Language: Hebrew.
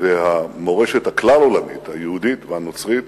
והמורשת הכלל-עולמית, היהודית והנוצרית